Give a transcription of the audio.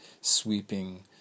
sweeping